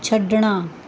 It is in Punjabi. ਛੱਡਣਾ